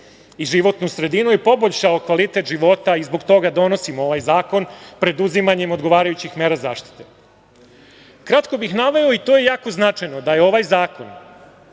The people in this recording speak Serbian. i životnu sredinu i poboljšao kvalitet života, zbog toga i donosimo ovaj zakon, preduzimanjem odgovarajućih mera zaštite. Kratko bih naveo, i to je jako značajno, da je ovaj zakon,